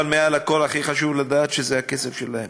אבל מעל הכול, הכי חשוב לדעת שזה הכסף שלהם.